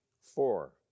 Four